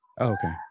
Okay